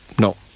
No